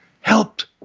helped